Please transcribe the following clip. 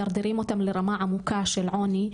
מדרדרים אותם לרמה עמוקה של עוני,